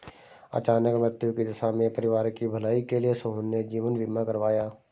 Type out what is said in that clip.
अचानक मृत्यु की दशा में परिवार की भलाई के लिए सोहन ने जीवन बीमा करवाया